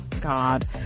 god